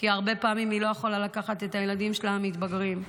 כי הרבה פעמים היא לא יכולה לקחת את הילדים המתבגרים שלה.